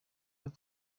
rero